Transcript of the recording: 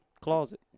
Closet